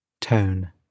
Tone